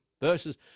verses